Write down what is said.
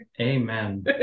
Amen